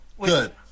Good